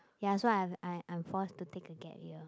ya so I'm I'm I'm forced to take a gap year